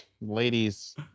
Ladies